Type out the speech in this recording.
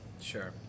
Sure